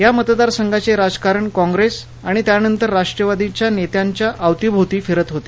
या मतदारसंघाचे राजकारण काँग्रेस आणि त्यानंतर राष्ट्वादीच्या नेत्यांच्या अवतीभोवती फिरत होते